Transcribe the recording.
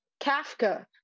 kafka